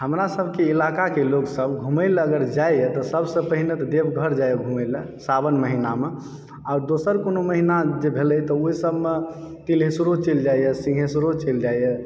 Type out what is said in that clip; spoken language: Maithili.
हमरा सभके इलाकाके लोकसभ घुमय लए अगर जाइया तऽ सबसे पहिने देवघर जाइया घुमय लए सावन महिनामे आ दोसर कोनो महिना जे भेलै तऽ ओहि सबमे तिलहेश्वर ओ चलि जाइया सिँहेश्वर ओ चलि जाइया